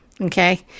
okay